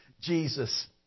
Jesus